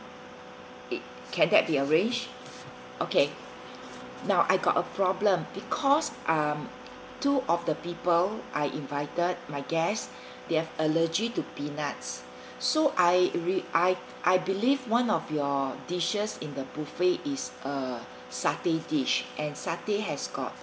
it can that be arrange okay now I got a problem because um two of the people I invited my guest they're allergic to peanuts so I re~ I I believed one of your dishes in the buffet is uh satay dish and satay has got